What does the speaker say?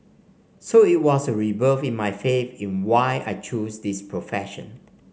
so it was a rebirth in my faith in why I chose this profession